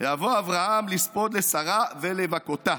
ויבא אברהם לספד לשרה ולבכתה,